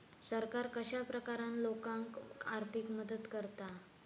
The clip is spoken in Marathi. सरकार कश्या प्रकारान लोकांक आर्थिक मदत करता?